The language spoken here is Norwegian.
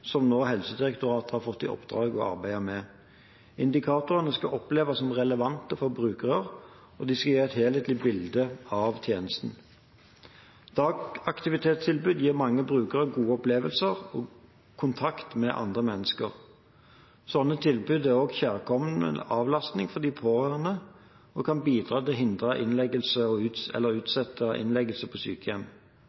som Helsedirektoratet har fått i oppdrag å arbeide med. Indikatorene skal oppleves som relevante for brukerne, og de skal gi et helhetlig bilde av tjenesten. Dagaktivitetstilbud gir mange brukere gode opplevelser og kontakt med andre mennesker. Slike tilbud er også kjærkommen avlastning for de pårørende og kan bidra til å hindre eller utsette innleggelse